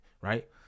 right